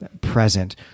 present